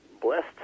blessed